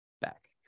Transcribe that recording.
back